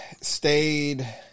stayed